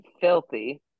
filthy